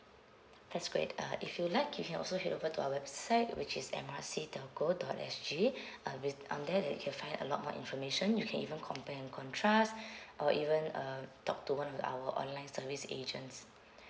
that's great uh if you like you can also head over to our website which is M R C telco dot S_G uh with on there you can find a lot more information you can even compare and contrast or even uh talk to one of our online service agents